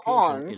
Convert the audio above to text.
on